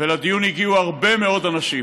ולדיון הגיעו הרבה מאוד אנשים,